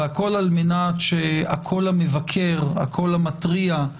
והכול על מנת שהקול המבקר, הקול המתריע,